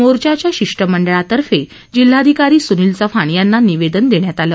मोर्चाच्या शिष्टमंडळातर्फे जिल्हाधिकारी सुनील चव्हाण यांना निवेदन देण्यात आलं